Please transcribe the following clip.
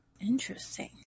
Interesting